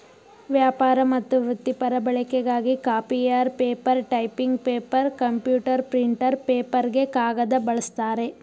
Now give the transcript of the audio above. ವ್ಯಾಪಾರ ಮತ್ತು ವೃತ್ತಿಪರ ಬಳಕೆಗಾಗಿ copier paper typing paper computer printer ಪೇಪರ್ಗೆ ಕಾಗದ ಬಳಸ್ತಾರೆ